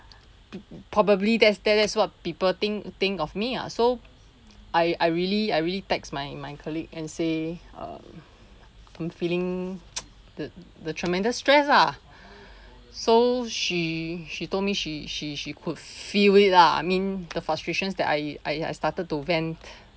probably there's there that's what people think think of me ah so I I really I really text my my colleague and say uh I'm feeling uh the tremendous stress ah so she she told me she she she could feel it lah I mean the frustrations that I I I started to vent